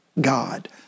God